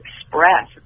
express